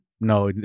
No